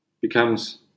becomes